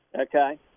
Okay